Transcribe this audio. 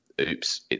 oops